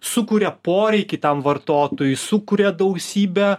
sukuria poreikį tam vartotojui sukuria dausybę